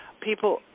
people